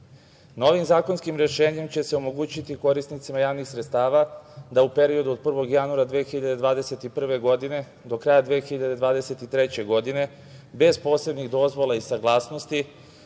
zakonskim rešenjem će se omogućiti korisnicima javnih sredstava da u periodu od 1. januara 2021. godine do kraja 2023. godine bez posebnih dozvola i saglasnosti